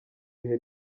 bihe